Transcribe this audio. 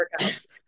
workouts